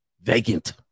vacant